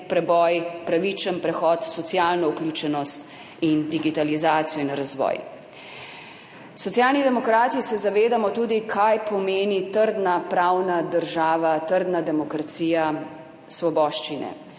preboj, pravičen prehod v socialno vključenost, digitalizacijo in razvoj. Socialni demokrati se zavedamo tudi, kaj pomeni trdna pravna država, trdna demokracija, svoboščine.